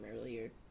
earlier